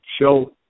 show